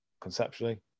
conceptually